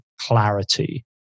clarity